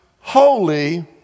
holy